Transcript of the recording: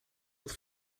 het